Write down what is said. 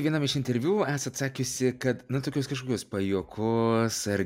vienam iš interviu esat sakiusi kad na tokios kažkokios pajuokos ar